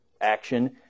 action